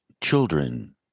children